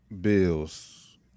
Bills